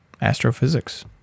astrophysics